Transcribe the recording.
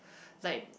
like